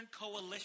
Coalition